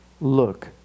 look